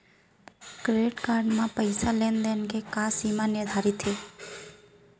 Credit card म पइसा लेन देन के का सीमा निर्धारित हे?